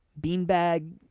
beanbag